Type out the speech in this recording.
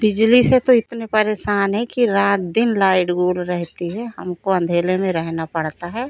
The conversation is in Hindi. बिजली से तो इतने परेशान हैं कि रात दिन लाइट गोल रहती है हमको अंधेले में रहना पड़ता है